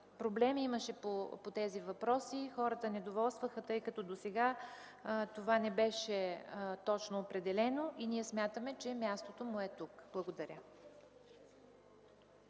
проблеми по тези въпроси – хората недоволстваха, тъй като досега това не беше точно определено. Ние смятаме, че мястото му е тук. Благодаря.